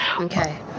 okay